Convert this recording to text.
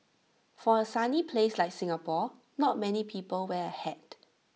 for A sunny place like Singapore not many people wear A hat